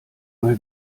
mal